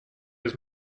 his